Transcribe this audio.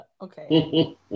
okay